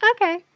Okay